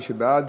מי שבעד,